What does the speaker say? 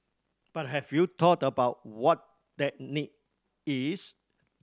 but have you thought about what that need is